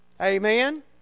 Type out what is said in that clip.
Amen